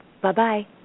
Bye-bye